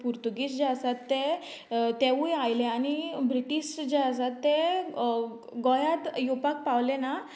पुर्तुगीज जे आसात ते तेंवूय आयलें आनी ब्रिटिश जे आसात तें गोंयांत येवपाक पावलें ना